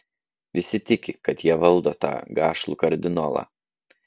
visi tiki kad jie valdo tą gašlų kardinolą